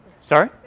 Sorry